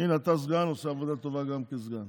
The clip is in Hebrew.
הינה, אתה סגן, עושה עבודה טובה גם כסגן,